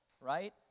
right